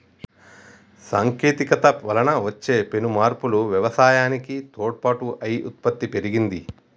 సాంకేతికత వలన వచ్చే పెను మార్పులు వ్యవసాయానికి తోడ్పాటు అయి ఉత్పత్తి పెరిగింది